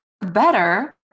better